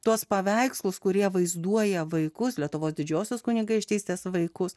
tuos paveikslus kurie vaizduoja vaikus lietuvos didžiosios kunigaikštystės vaikus